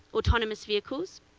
autonomous vehicles,